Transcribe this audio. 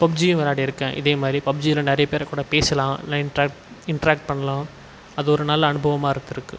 பப்ஜியும் விளாடிருக்கேன் இதே மாதிரி பப்ஜியில் நிறைய பேருக்கூட பேசலாம் நல்லா இன்ட்ராக்ட் இன்ட்ராக்ட் பண்ணலாம் அது ஒரு நல்ல அனுபவமாக இருந்திருக்கு